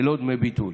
ללא דמי ביטול.